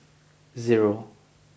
zero